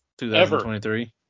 2023